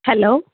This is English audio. hello